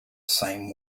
same